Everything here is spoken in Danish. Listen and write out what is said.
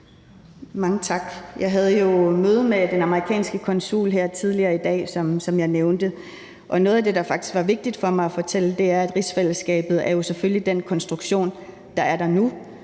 Mange tak. Jeg havde jo møde med den amerikanske konsul her tidligere i dag, som jeg nævnte. Og noget af det, der faktisk var vigtigt for mig at fortælle, var, at rigsfællesskabet jo selvfølgelige er den konstruktion, der er der nu,